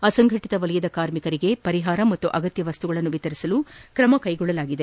ಆಸಂಘಟಿತ ವಲಯದ ಕಾರ್ಮಿಕರಿಗೆ ಪರಿಪಾರ ಮತ್ತು ಅಗತ್ಯ ವಸ್ತುಗಳನ್ನು ವಿತರಿಸಲು ತ್ರಮ ಕೈಗೊಳ್ಳಲಾಗಿದೆ